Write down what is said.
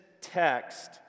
text